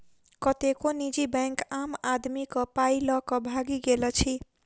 कतेको निजी बैंक आम आदमीक पाइ ल क भागि गेल अछि